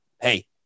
Hey